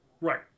Right